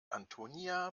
antonia